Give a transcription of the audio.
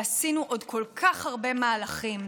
ועשינו עוד כל כך הרבה מהלכים.